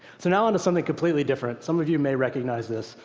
so now on to something completely different. some of you may recognize this.